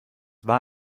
war